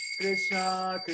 Krishna